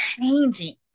changing